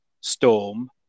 Storm